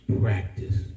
practice